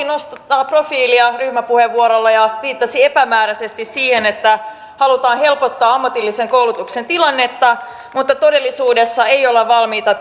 nostattaa profiiliaan ryhmäpuheenvuorollaan ja viitattiin epämääräisesti siihen että halutaan helpottaa ammatillisen koulutuksen tilannetta mutta todellisuudessa ei olla valmiita